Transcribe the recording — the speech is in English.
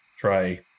try